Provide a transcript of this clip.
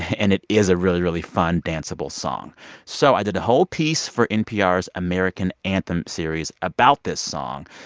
and it is a really, really fun, danceable song so i did a whole piece for npr's american anthem series about this song.